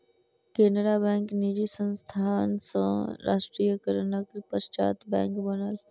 Canara bank निजी संस्थान सॅ राष्ट्रीयकरणक पश्चात बैंक बनल